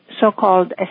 so-called